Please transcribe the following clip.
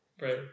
Right